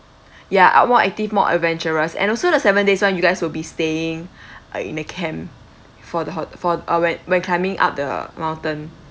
ya ah more active more adventurous and also the seven days [one] you guys will be staying in a camp for the hot~ for uh when when climbing up the mountain